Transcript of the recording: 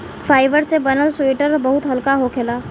fibre से बनल sweater बहुत हल्का होखेला